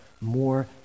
more